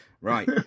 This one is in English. Right